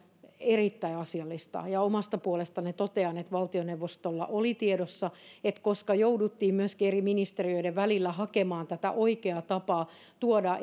erittäin asiallista omasta puolestani totean että tämä oli valtioneuvostolla tiedossa koska jouduttiin myöskin eri ministeriöiden välillä hakemaan tätä oikeaa tapaa tuoda